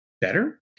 better